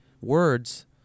words